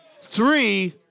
three